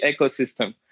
ecosystem